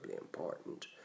important